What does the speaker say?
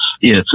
yes